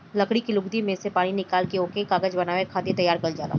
लकड़ी के लुगदी में से पानी निकाल के ओके कागज बनावे खातिर तैयार कइल जाला